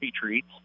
treats